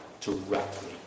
directly